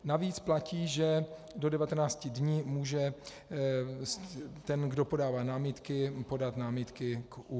Navíc platí, že do 19 dní může ten, kdo podává námitky, podat námitky k ÚOHS.